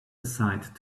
aside